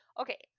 Okay